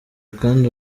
kandi